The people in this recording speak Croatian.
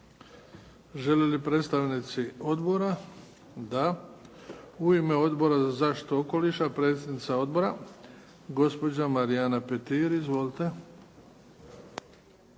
Žele li predstavnici odbora? Da. U ime Odbora za zaštitu okoliša, predsjednica odbora gospođa Marijana Petir. Izvolite.